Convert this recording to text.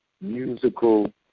musical